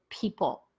people